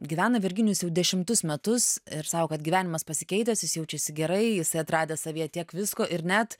gyvena virginijus jau dešimtus metus ir sau kad gyvenimas pasikeitęs jis jaučiasi gerai jisai atradęs savyje tiek visko ir net